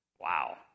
wow